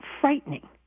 frightening